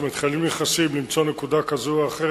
כלומר חיילים נכנסים למצוא נקודה כזו או אחרת.